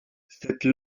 cette